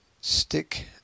Stick